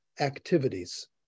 activities